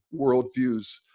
worldviews